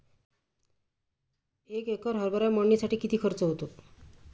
एक एकर हरभरा मळणीसाठी किती खर्च होतो?